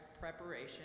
preparation